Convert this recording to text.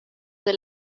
del